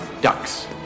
ducks